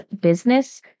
business